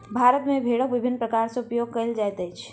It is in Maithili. भारत मे भेड़क विभिन्न प्रकार सॅ उपयोग कयल जाइत अछि